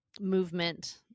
movement